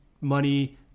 money